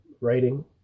writing